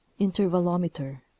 intervalometer